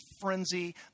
frenzy